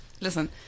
Listen